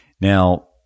Now